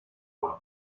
colón